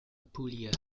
apulia